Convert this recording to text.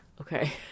Okay